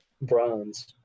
bronze